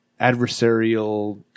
adversarial